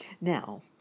Now